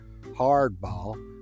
hardball